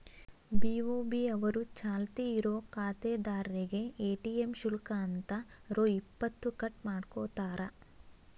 BOB ಅವರು ಚಾಲ್ತಿ ಇರೋ ಖಾತಾದಾರ್ರೇಗೆ ಎ.ಟಿ.ಎಂ ಶುಲ್ಕ ಅಂತ ರೊ ಇಪ್ಪತ್ತು ಕಟ್ ಮಾಡ್ಕೋತಾರ